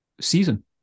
season